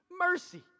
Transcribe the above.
Mercy